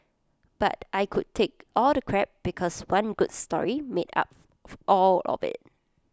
but I could take all the crap because one good story made up of all of IT